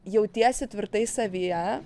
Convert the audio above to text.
jautiesi tvirtai savyje